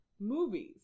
movies